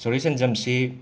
ꯁꯣꯔꯤ ꯁꯦꯟꯖꯝꯁꯤ